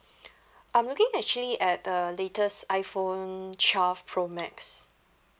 I'm looking actually at the latest iPhone twelve pro max